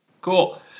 Cool